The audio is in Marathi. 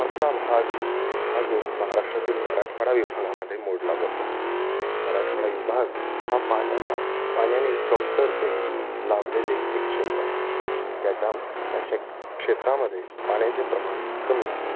आमचा भाग हा जो महाराष्ट्रातील मराठवाडा विभागामधे मोडला जातो मराठवाडा विभाग हा पाण्याना पाण्याने कमतरतेने लाभलेले एक क्षेत्र आहे त्याच्या त्या शेत क्षेत्रामधे पाण्याचे प्रमाण कमी आहे